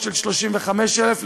לא יהיה להם מצאי דירות של שלושה חדרים.